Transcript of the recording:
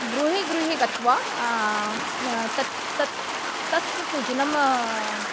गृहे गृहे गत्वा तत् तत् तस्य पूजनम्